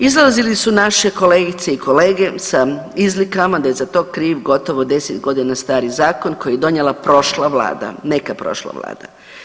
Izlazili su naše kolegice i kolege sa izlikama da je za to kriv gotovo 10 godina stari zakon koji je donijela prošla vlada, neka prošla vlada.